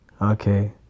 Okay